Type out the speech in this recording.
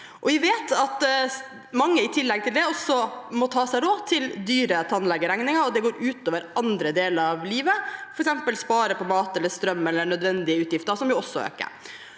Vi vet at mange i tillegg til det må ta seg råd til dyre tannlegeregninger, og det går ut over andre deler av livet, f.eks. må man spare på mat eller strøm og andre nødvendige utgifter, som også øker.